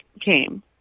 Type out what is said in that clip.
came